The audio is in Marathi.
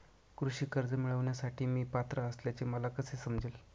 कृषी कर्ज मिळविण्यासाठी मी पात्र असल्याचे मला कसे समजेल?